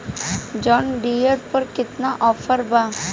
John Deere पर केतना offer बा?